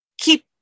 keep